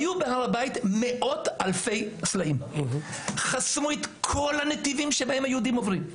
היו בהר הבית מאות אלפי סלעים שחסמו את כל הנתיבים בהם היהודים עובדים.